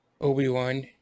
Obi-Wan